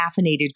caffeinated